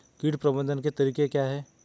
कीट प्रबंधन के तरीके क्या हैं?